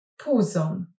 puzon